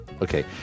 Okay